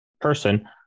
person